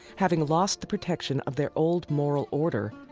having lost the protection of their old moral order,